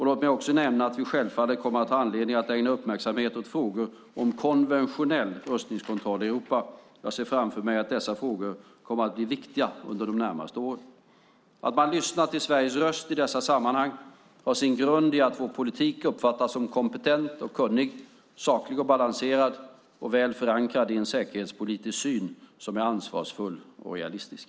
Låt mig också nämna att vi självfallet kommer att ha anledning att ägna uppmärksamhet åt frågor om konventionell rustningskontroll i Europa. Jag ser framför mig att dessa frågor kommer att bli viktiga under de närmaste åren. Att man lyssnar till Sveriges röst i dessa sammanhang har sin grund i att vår politik uppfattas som kompetent och kunnig, saklig och balanserad samt väl förankrad i en säkerhetspolitisk syn som är ansvarsfull och realistisk.